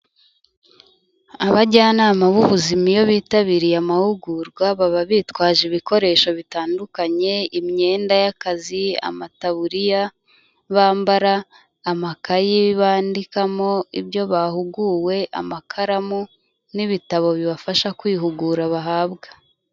Abajyanama b'ubuzima iyo bitabiriye amahugurwa, baba bitwaje ibikoresho bitandukanye, imyenda y'akazi, amataburiya bambara, amakayi bandikamo ibyo bahuguwe, amakaramu, n'ibitabo bibafasha kwihugura bahabwa.